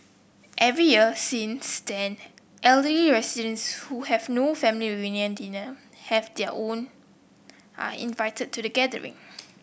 every year since then elderly residents who have no family reunion dinner have their own are invited to the gathering